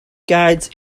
guides